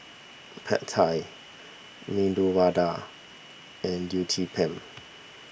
Pad Thai Medu Vada and Uthapam